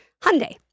Hyundai